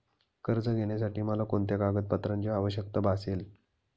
कर्ज घेण्यासाठी मला कोणत्या कागदपत्रांची आवश्यकता भासेल?